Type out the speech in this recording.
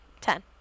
ten